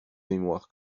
mémoire